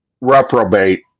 reprobate